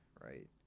right